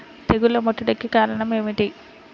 తెగుళ్ల ముట్టడికి కారణం ఏమిటి?